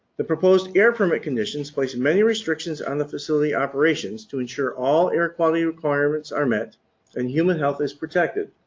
the proposed air permit conditions place and many restrictions on the facility operations to ensure all air quality requirements are met and human health is protected,